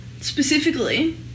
specifically